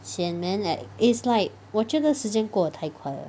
sian man like it's like 我觉得时间过的太快了